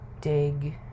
dig